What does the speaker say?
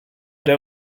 der